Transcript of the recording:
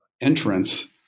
entrance